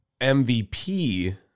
MVP